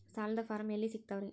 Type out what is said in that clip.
ಸಾಲದ ಫಾರಂ ಎಲ್ಲಿ ಸಿಕ್ತಾವ್ರಿ?